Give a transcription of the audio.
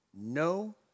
no